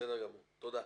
תודה.